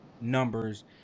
numbers